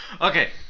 Okay